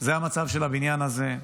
זה המצב של הבניין הזה,